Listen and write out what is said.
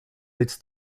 leads